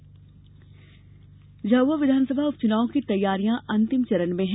झाबुआ उपचुनाव झाबुआ विधानसभा उप चुनाव की तैयारियां अंतिम चरण में हैं